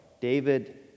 David